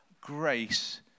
Grace